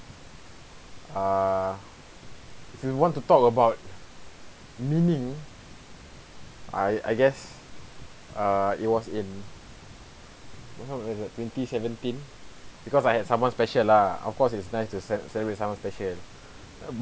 err if you want to talk about meaning I I guess uh it was in twenty seventeen because I had someone special lah of course it's nice to cele~ celebrate with someone special